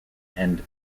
end